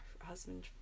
husband